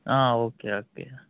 okay okay